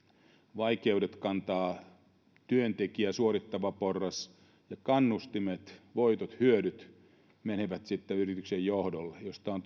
vaikeudet kantaa työntekijä suorittava porras ja kannustimet voitot hyödyt menevät sitten yrityksen johdolle siinä on